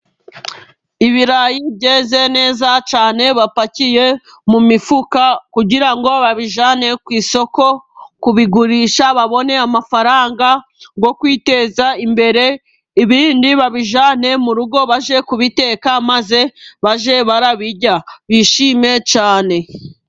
Ibirayi byeze neza cyane bapakiye mu mifuka kugira ngo babijyane ku isoko kubigurisha, babone amafaranga yo kwiteza imbere, ibindi babirye mu rugo bajye kubiteka maze bajye babirya bishime cyane.